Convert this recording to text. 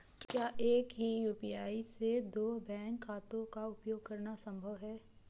क्या एक ही यू.पी.आई से दो बैंक खातों का उपयोग करना संभव है?